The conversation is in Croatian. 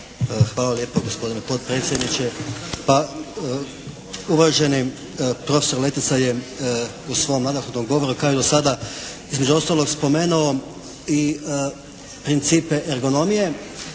Hvala lijepa gospodine potpredsjedniče. Pa, uvaženi profesor Letica je u svom nadahnutom govoru kaže do sada između ostalog spomenuo i principe ergonomije.